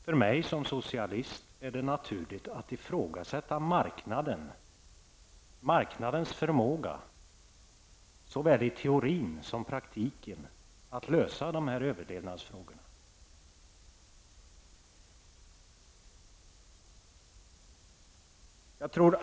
För mig som socialist är det naturligt att ifrågasätta marknadens förmåga såväl i teorin som i praktiken att lösa de här överlevnadsfrågorna.